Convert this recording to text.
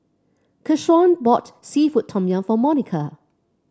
Keshaun bought seafood Tom Yum for Monika